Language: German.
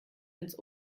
ins